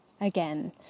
again